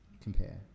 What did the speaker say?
compare